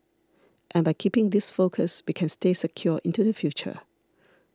and by keeping this focus we can stay secure into the future